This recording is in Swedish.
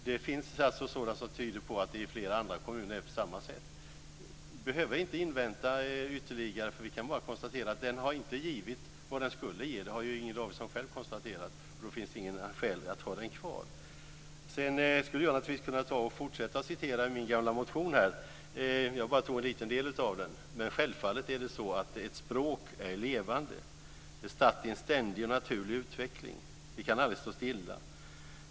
Det finns också sådant som tyder på att det i flera andra kommuner är på samma sätt. Vi behöver inte invänta något ytterligare. Vi kan bara konstatera att lagen inte har givit vad den skulle ge - det har ju Inger Davidson själv konstaterat. Det finns alltså inget skäl till att ha den kvar. Jag skulle kunna fortsätta att citera min gamla motion - jag tog bara en liten del av den. Självfallet är ett språk levande. Det är statt i en ständig och naturlig utveckling. Det kan aldrig stå stilla.